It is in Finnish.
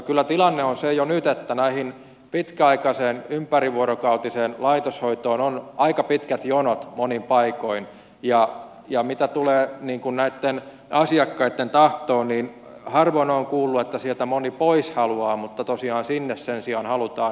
kyllä tilanne on jo nyt se että tähän pitkäaikaiseen ympärivuorokautiseen laitoshoitoon on aika pitkät jonot monin paikoin ja mitä tulee näitten asiakkaitten tahtoon niin harvoin olen kuullut että sieltä moni pois haluaa mutta tosiaan sinne sen sijaan halutaan